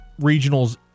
regionals